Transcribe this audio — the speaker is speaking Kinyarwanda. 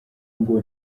ngo